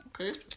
Okay